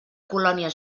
colònia